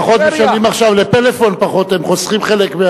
לפחות הם משלמים פחות ל"פלאפון", הם חוסכים חלק,